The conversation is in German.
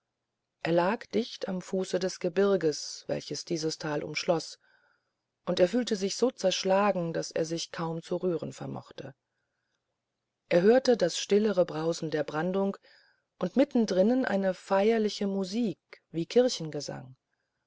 er lag dicht am fuße des gebirges welches dieses tal umschloß und er fühlte sich so zerschlagen daß er sich kaum zu rühren vermochte er hörte das stillere brausen der brandung und mitten drinnen eine feierliche musik wie